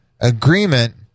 agreement